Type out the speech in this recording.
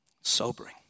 sobering